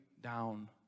down